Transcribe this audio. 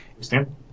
stand